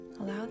allow